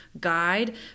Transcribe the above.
guide